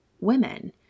women